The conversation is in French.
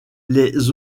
les